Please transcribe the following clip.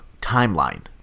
timeline